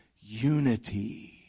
unity